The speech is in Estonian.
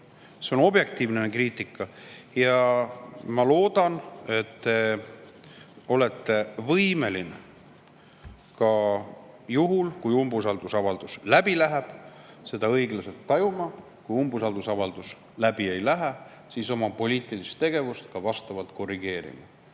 see on objektiivne kriitika. Ma loodan, et te olete võimeline ka juhul, kui umbusaldusavaldus läbi läheb, seda õiglasena tajuma, aga kui umbusaldusavaldus läbi ei lähe, siis oma poliitilist tegevust vastavalt korrigeerima.